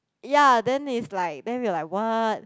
ya then is like then we're like what